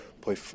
play